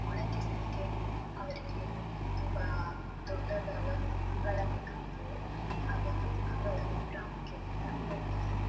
ಒಣಗಿಸಲಿಕ್ಕೆ ಅವರಿಗೆ ತುಂಬ ದೊಡ್ಡದಾದ ಅಂಗಳ ಬೇಕಾಗ್ತದೆ ಹಾಗಾಗಿ ಅಂಗಳಕ್ಕೂ ಪ್ರಾಮುಖ್ಯತೆಯನ್ನು ನೀಡ್ತಾರೆ